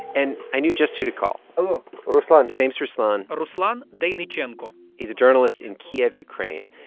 and i knew just who to call hello ruslan his name is ruslan but ruslan deynychenko he's a journalist in kiev, ukraine.